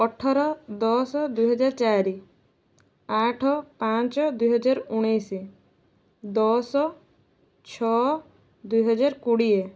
ଅଠର ଦଶ ଦୁଇ ହଜାର ଚାରି ଆଠ ପାଞ୍ଚ ଦୁଇ ହଜାର ଉଣେଇଶି ଦଶ ଛଅ ଦୁଇ ହଜାର କୋଡ଼ିଏ